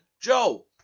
Joe